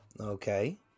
Okay